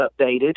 updated